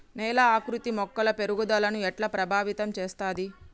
నేల ఆకృతి మొక్కల పెరుగుదలను ఎట్లా ప్రభావితం చేస్తది?